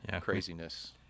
craziness